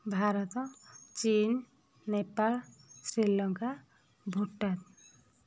ଭାରତ ଚୀନ ନେପାଳ ଶ୍ରୀଲଙ୍କା ଭୁଟାନ